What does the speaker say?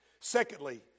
Secondly